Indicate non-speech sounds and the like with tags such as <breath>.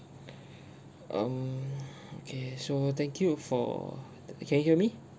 <breath> um okay so thank you for t~ can you hear me